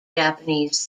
japanese